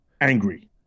angry